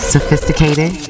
Sophisticated